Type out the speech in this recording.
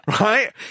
right